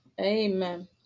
Amen